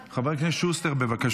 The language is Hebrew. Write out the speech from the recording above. חבר הכנסת שוסטר, בבקשה.